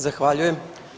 Zahvaljujem.